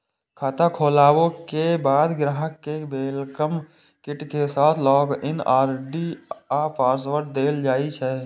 खाता खोलाबे के बाद ग्राहक कें वेलकम किट के साथ लॉग इन आई.डी आ पासवर्ड देल जाइ छै